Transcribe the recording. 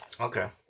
Okay